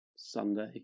Sunday